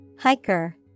Hiker